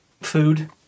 food